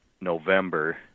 November